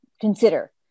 consider